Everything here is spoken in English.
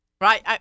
right